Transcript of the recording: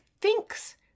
thinks